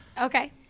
okay